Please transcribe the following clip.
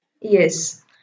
yes